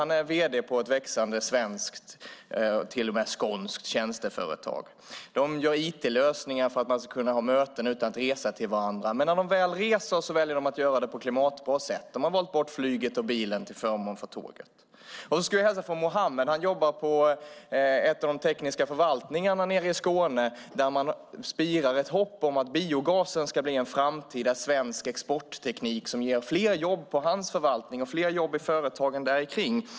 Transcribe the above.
Han är vd på ett växande svenskt, till och med skånskt, tjänsteföretag. De gör IT-lösningar för att kunna ha möten utan att behöva resa, men när de väl reser väljer de att göra det på ett klimatbra sätt. De har valt bort flyget och bilen till förmån för tåget. Jag skulle hälsa från Mohammed. Han jobbar på en av de tekniska förvaltningarna nere i Skåne där det spirar ett hopp om att tillverkning av biogaser ska bli en framtida svensk exportteknik som ger fler jobb på hans förvaltning och fler jobb i företagen där omkring.